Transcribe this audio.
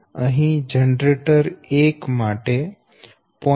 અહી જનરેટર 1 માટે j0